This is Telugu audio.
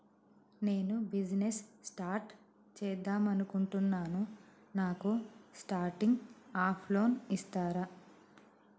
నేను బిజినెస్ స్టార్ట్ చేద్దామనుకుంటున్నాను నాకు స్టార్టింగ్ అప్ లోన్ ఇస్తారా?